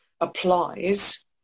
applies